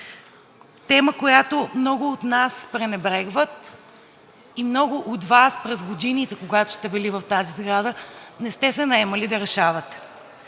Тема, която много от нас пренебрегват и много от Вас през годините, когато сте били в тази сграда, не сте се наемали да решавате.